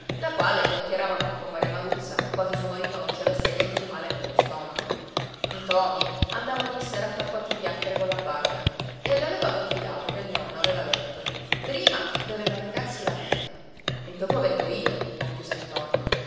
la quale chiacchierava con comare maruzza quasi suo marito non ci avesse niente di male nello stomaco ntoni andava ogni sera a far quattro chiacchiere colla barbara e le aveva confidato che il nonno aveva detto prima deve maritarsi la mena e dopo vengo io conchiuse ntoni